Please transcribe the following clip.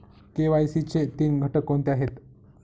KYC चे तीन घटक कोणते आहेत?